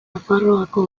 nafarroako